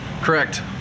Correct